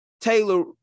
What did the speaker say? Taylor